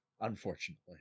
Unfortunately